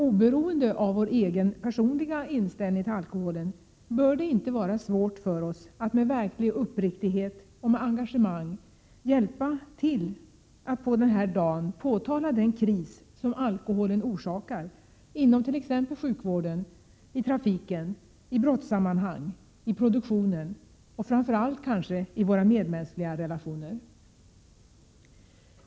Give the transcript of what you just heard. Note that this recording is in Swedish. Oberoende av vår egen personliga inställning till alkoholen, bör det inte vara svårt för oss att med verklig uppriktighet och med engagemang hjälpa till att på den här dagen påtala den kris som alkoholen orsakar inom t.ex. sjukvården, i trafiken, i brottssammanhang, i produktionen — och framför allt kanske i våra medmänskliga relationer.